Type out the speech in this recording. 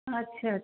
अच्छा अच्छा